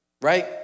right